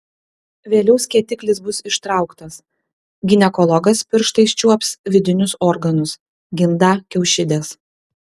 vėliau skėtiklis bus ištrauktas ginekologas pirštais čiuops vidinius organus gimdą kiaušides